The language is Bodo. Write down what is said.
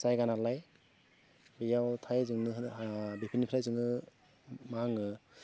जायगा नालाय बेयाव थायो जोंनो बेखिनिफ्राय जोङो मा होनो